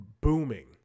booming